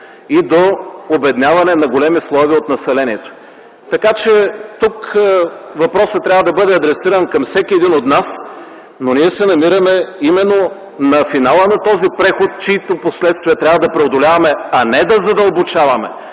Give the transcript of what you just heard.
и до обедняване на големи слоеве от населението, така че тук въпросът трябва да бъде адресиран към всеки един от нас. Ние се намираме на финала на този преход, чиито последствия трябва да преодоляваме, а не да задълбочаваме,